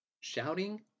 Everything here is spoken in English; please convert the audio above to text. Shouting